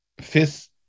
fifth